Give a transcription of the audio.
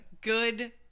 Good